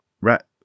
Rat